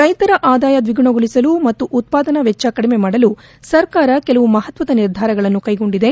ರೈತರ ಆದಾಯ ದ್ವಿಗುಣಗೊಳಿಸಲು ಮತ್ತು ಉತ್ಪಾದನಾ ವೆಚ್ಚ ಕಡಿಮೆ ಮಾಡಲು ಸರ್ಕಾರ ಕೆಲವು ಮಹತ್ತದ ನಿರ್ಧಾರಗಳನ್ನು ಕೈಗೊಂಡಿದೆ